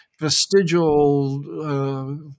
vestigial